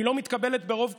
היא לא מתקבלת ברוב קולות,